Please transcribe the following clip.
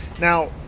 now